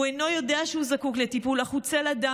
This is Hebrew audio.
הוא אינו יודע שהוא זקוק לטיפול, אך הוא צל אדם.